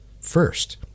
first